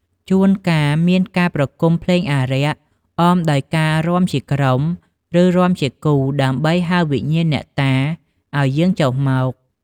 ជួនកាលមានការប្រគំភ្លេងអារក្ស អមដោយការរាំជាក្រុម ឬរាំជាគូ ដើម្បីហៅវិញ្ញាណអ្នកតាឱ្យយាងចុះមក។